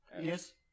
Yes